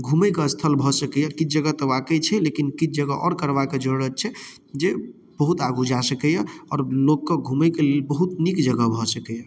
घुमै के स्थल भऽ सकैया किछु जगह तऽ वाकइ छै लेकिन किछु जगह आओर करबाक जरूरत छै जे बहुत आगू जा सकैया आओर लोक कऽ घुमै कऽ लेल बहुत नीक जगह भऽ सकैए